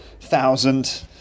thousand